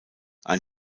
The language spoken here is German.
ein